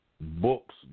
books